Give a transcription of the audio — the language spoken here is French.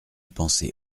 pensée